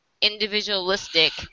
individualistic